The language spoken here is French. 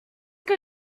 que